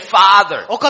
father